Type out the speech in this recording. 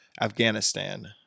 Afghanistan